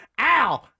Ow